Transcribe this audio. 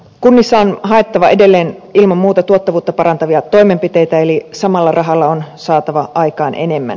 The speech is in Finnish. kunnissa on haettava edelleen ilman muuta tuottavuutta parantavia toimenpiteitä eli samalla rahalla on saatava aikaan enemmän